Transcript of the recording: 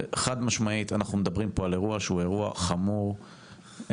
חד-משמעית אנחנו מדברים כאן על אירוע שהוא אירוע חמור מאוד,